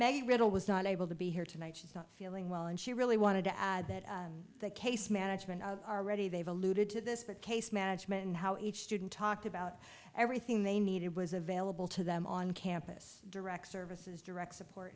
may riddell was not able to be here tonight she's not feeling well and she really wanted to add that the case management are ready they've alluded to this case management and how each student talked about everything they needed was available to them on campus direct services direct support